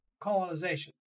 colonization